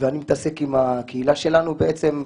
אני מתעסק עם הקהילה שלנו בעצם.